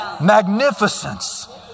magnificence